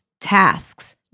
tasks